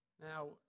Now